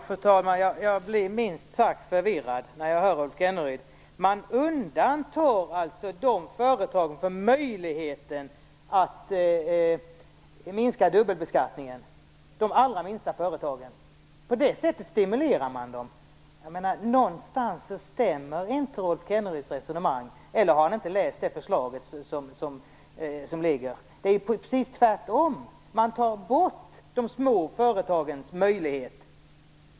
Fru talman! Jag blir minst sagt förvirrad när jag hör Rolf Kenneryd. Man undantar alltså de allra minsta företagen från möjligheten att minska dubbelbeskattningen. På det sättet stimulerar man dem. Någonstans stämmer inte Rolf Kenneryds resonemang, eller så har han inte läst det förslag som ligger. Det är precis tvärtom! Man tar bort de små företagens möjlighet.